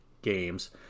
Games